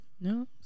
No